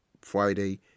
Friday